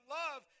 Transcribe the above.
love